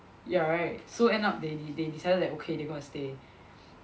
ya right so end up they d~ they decided that okay they gonna stay